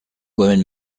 women